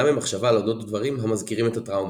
ממחשבה על אודות דברים המזכירים את הטראומה.